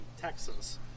texas